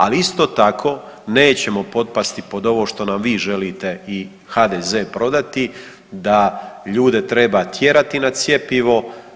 Ali isto tako nećemo potpasti pod ovo što nam vi želite i HDZ prodati, da ljude treba tjerati na cjepivo.